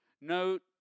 Note